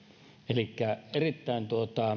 elikkä erittäin